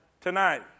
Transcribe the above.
Tonight